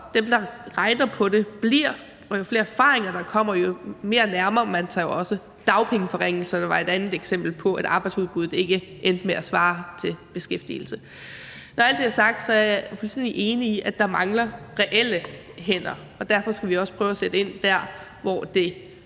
dem, der regner på det, bliver, og jo flere erfaringer der kommer, jo mere nærmer man sig det også. Dagpengeforringelserne var et andet eksempel på, at arbejdsudbud ikke endte med at svare til beskæftigelse. Når alt det er sagt, er jeg fuldstændig enig i, at der mangler reelle hænder, og derfor skal vi også prøve at sætte ind der, hvor det